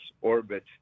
orbit